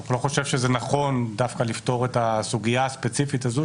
אני לא חושב שנכון דווקא לפתור את הסוגיה הספציפית הזאת,